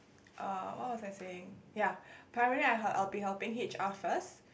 uh what was I saying ya apparently I'll be helping h_r first